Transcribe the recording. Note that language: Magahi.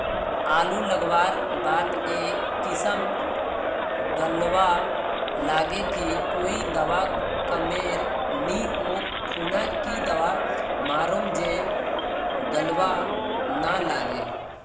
आलू लगवार बात ए किसम गलवा लागे की कोई दावा कमेर नि ओ खुना की दावा मारूम जे गलवा ना लागे?